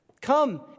Come